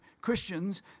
Christians